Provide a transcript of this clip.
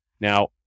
Now